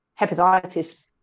hepatitis